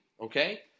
okay